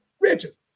riches